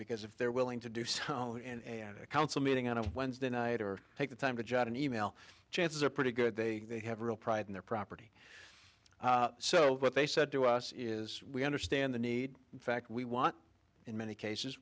because if they're willing to do so and a council meeting on a wednesday night or take the time to jot an e mail chances are pretty good they have a real pride in their property so what they said to us is we understand the need fact we want in many cases